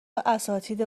اساتید